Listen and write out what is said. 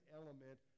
element